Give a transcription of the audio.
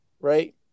right